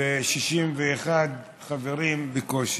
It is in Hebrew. ב-61 חברים בקושי.